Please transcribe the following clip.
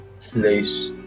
place